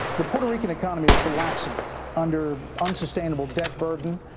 the puerto rican economy is collapsing under unsustainable debt burden.